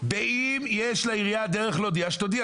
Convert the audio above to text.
אם לעירייה יש דרך להודיע, שתודיע.